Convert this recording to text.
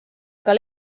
ega